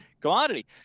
commodity